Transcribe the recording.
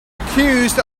accused